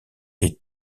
est